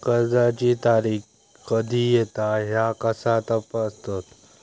कर्जाची तारीख कधी येता ह्या कसा तपासतत?